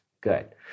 Good